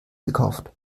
gekauft